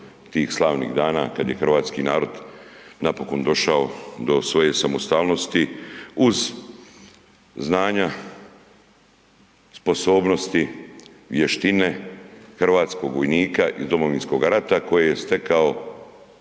tih slavnih dana kad je hrvatski narod napokon došao do svoje samostalnosti uz znanja, sposobnosti, vještine hrvatskog vojnika iz Domovinskoga rata koje je stekao